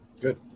good